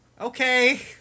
Okay